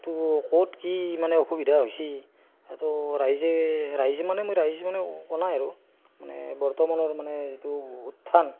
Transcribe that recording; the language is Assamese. এইটো ক'ত কি মানে অসুবিধা হৈছে এইটো ৰাইজে ৰাইজে মানে মই ৰাইজ মানে কোৱা নাই আৰু মানে বৰ্তমানৰ মানে এইটো উত্থান